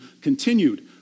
continued